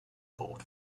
board